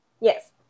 yes